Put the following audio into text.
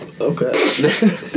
Okay